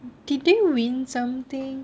did they win something